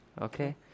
Okay